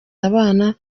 n’abana